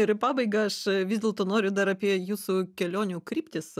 ir į pabaigą aš vis dėlto noriu dar apie jūsų kelionių kryptis